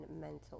mental